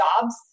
jobs